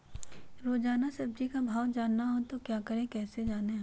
रोजाना सब्जी का भाव जानना हो तो क्या करें कैसे जाने?